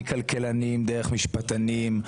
מכלכלנים דרך משפטנים,